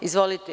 Izvolite.